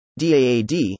DAAD